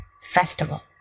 Festival